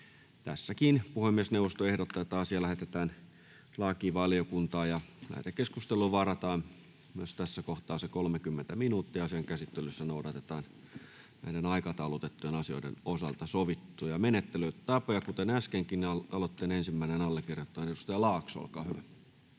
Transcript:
asia. Puhemiesneuvosto ehdottaa, että asia lähetetään lakivaliokuntaan. Lähetekeskusteluun varataan myös tässä kohtaa se 30 minuuttia. Asian käsittelyssä noudatetaan näiden aikataulutettujen asioiden osalta sovittuja menettelytapoja. — Kuten äskenkin, aloitteen ensimmäinen allekirjoittaja on edustaja Laakso. Olkaa hyvä.